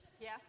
Yes